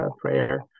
prayer